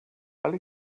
alle